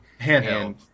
Handheld